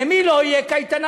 למי לא תהיה קייטנה?